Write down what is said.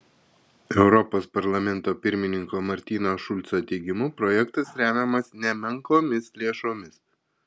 europos parlamento pirmininko martino šulco teigimu projektas remiamas nemenkomis lėšomis